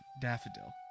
Daffodil